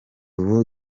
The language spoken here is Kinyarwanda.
ubu